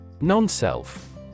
Non-self